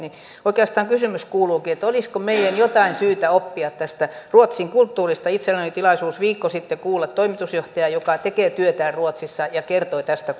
oikeastaan kysymys kuuluukin olisiko meidän syytä oppia jotain tästä ruotsin kulttuurista itselläni oli tilaisuus viikko sitten kuulla toimitusjohtajaa joka tekee työtään ruotsissa ja hän kertoi tästä